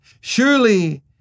Surely